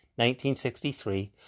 1963